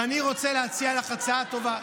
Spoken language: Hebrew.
ואני רוצה להציע לך הצעה טובה.